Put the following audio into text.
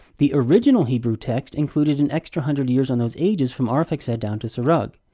the original hebrew text included an extra hundred years on those ages from arphaxad down to serug.